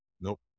Nope